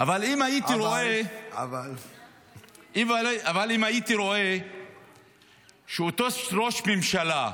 אבל --- אבל --- אבל אם הייתי רואה שאותו ראש ממשלה,